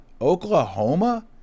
Oklahoma